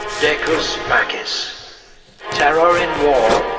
decus pacis. terror in war,